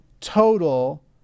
total